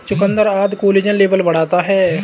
चुकुन्दर आदि collagen level बढ़ाता है